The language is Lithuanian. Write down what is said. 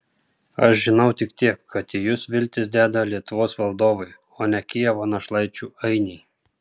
aš žinau tik tiek kad į jus viltis deda lietuvos valdovai o ne kijevo našlaičių ainiai